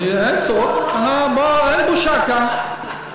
אין בושה כאן.